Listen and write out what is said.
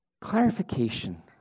Clarification